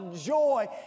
joy